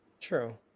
True